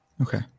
Okay